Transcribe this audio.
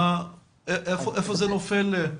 איפה זה נופל?